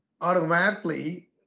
Automatically